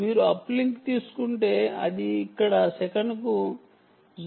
మీరు అప్లింక్ తీసుకుంటే అది ఇక్కడ సెకనుకు 0